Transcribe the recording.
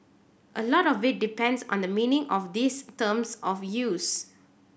a lot of it depends on the meaning of these terms of use